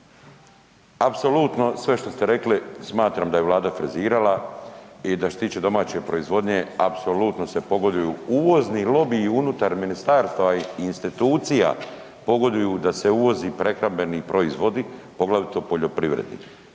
Apsolutno sve što ste rekli smatram da je vlada frizirala i da što se tiče domaće proizvodnje apsolutno se pogoduju uvozni lobiji unutar ministarstava i institucija, pogoduju da se uvozi prehrambeni proizvodi, poglavito poljoprivredni